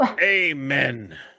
Amen